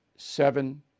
Seven